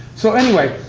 so anyway,